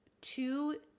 two